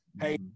Hey